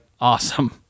awesome